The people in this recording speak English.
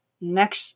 Next